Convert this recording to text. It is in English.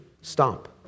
Stop